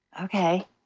Okay